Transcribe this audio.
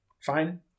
Fine